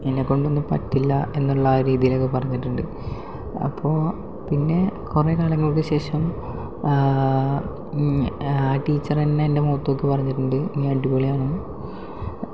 എന്നെക്കൊണ്ടൊന്നും പറ്റില്ല എന്നുള്ള ആ രീതിയിലൊക്കെ പറഞ്ഞിട്ടുണ്ട് അപ്പോൾ പിന്നെ കുറേ കാലങ്ങൾക്ക് ശേഷം ആ ടീച്ചർ തന്നെ എന്റെ മുഖത്ത് നോക്കി പറഞ്ഞിട്ടുണ്ട് നീ അടിപൊളിയാണെന്ന്